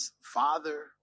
father